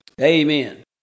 Amen